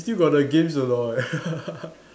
you still got the games or not